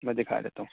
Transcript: میں دکھائے دیتا ہوں